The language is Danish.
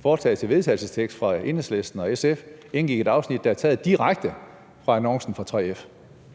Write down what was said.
forslaget til vedtagelse fra Enhedslisten og SF indgik et afsnit, der er taget direkte fra annoncen fra 3F.